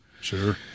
Sure